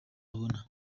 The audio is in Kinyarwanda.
ibona